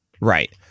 right